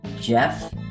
Jeff